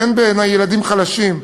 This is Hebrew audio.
כי אין בעיני ילדים חלשים,